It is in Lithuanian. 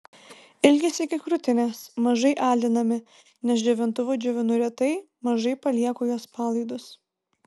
ilgis iki krūtinės mažai alinami nes džiovintuvu džiovinu retai mažai palieku juos palaidus